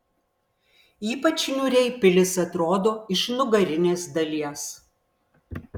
ypač niūriai pilis atrodo iš nugarinės dalies